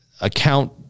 account